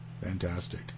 Fantastic